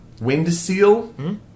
Windseal